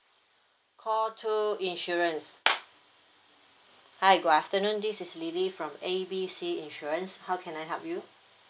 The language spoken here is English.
call two insurance hi good afternoon this is lily from A B C insurance how can I help you